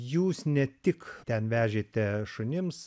jūs ne tik ten vežėte šunims